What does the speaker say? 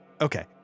Okay